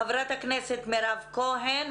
חברת הכנסת מירב כהן,